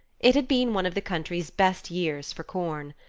it had been one of the country's best years for corn.